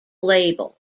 label